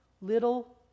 little